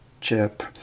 chip